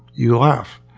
you laugh.